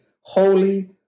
Holy